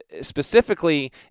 specifically